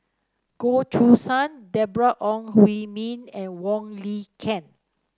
Goh Choo San Deborah Ong Hui Min and Wong Lin Ken